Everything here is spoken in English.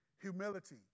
humility